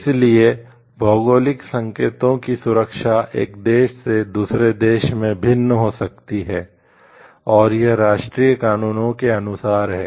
इसलिए भौगोलिक संकेतों की सुरक्षा एक देश से दूसरे देश में भिन्न हो सकती है और यह राष्ट्रीय कानूनों के अनुसार है